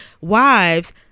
wives